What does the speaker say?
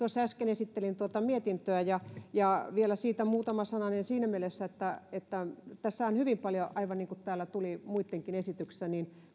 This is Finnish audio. äsken esittelin mietintöä ja ja siitä vielä muutama sananen siinä mielessä että että tässähän hyvin paljon aivan niin kuin täällä tuli muidenkin esityksissä